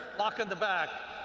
blocked in the back.